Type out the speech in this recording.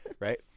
right